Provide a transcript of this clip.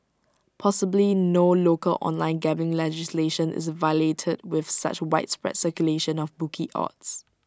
possibly no local online gambling legislation is violated with such widespread circulation of bookie odds